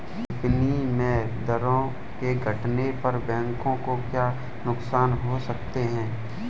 विनिमय दरों के घटने पर बैंकों को क्या नुकसान हो सकते हैं?